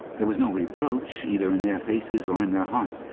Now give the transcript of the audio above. there was no reproach either in their faces or in their hearts,